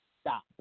stop